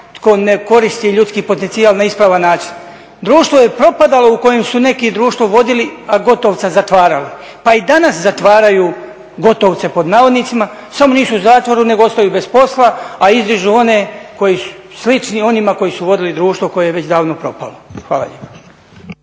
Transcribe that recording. tko ne koristi ljudski potencijal na ispravan način, društvo je propadalo u kojem su neki društvo vodili, a Gotovca zatvarali pa i danas zatvaraju Gotovce pod navodnicima, samo nisu u zatvoru nego ostaju bez posla, a … one koji su slični onima koji su vodili društvo koje je već davno propalo. Hvala lijepa.